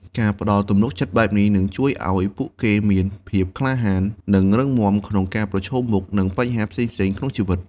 ការផ្តល់ទំនុកចិត្តបែបនេះ នឹងជួយឲ្យពួកគេមានភាពក្លាហាន និងរឹងមាំក្នុងការប្រឈមមុខនឹងបញ្ហាផ្សេងៗក្នុងជីវិត។